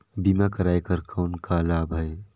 बीमा कराय कर कौन का लाभ है?